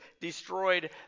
destroyed